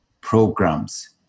programs